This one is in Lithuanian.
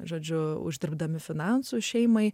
žodžiu uždirbdami finansų šeimai